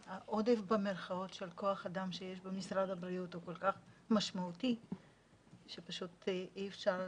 "עודף" של כוח האדם שיש במשרד הבריאות הוא כל כך משמעותי שפשוט אי אפשר